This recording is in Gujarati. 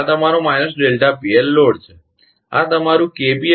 આ તમારું છે આ છે